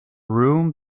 room